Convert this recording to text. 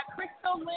Crystal